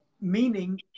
Meaning